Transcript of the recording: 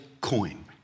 coin